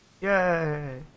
Yay